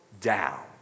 down